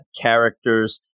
Characters